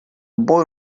boy